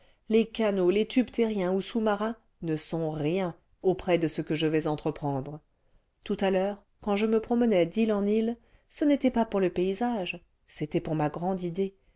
les canaux les tubes terriens ou sousmarins ne sont rien auprès de ce que je vais entreprendre tout à l'heure quand je me promenais d'île en île ce n'était pas pour le paysage c'était pour ma grande idée